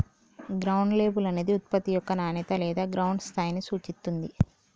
ground label అనేది ఉత్పత్తి యొక్క నాణేత లేదా గ్రౌండ్ స్థాయిని సూచిత్తుంది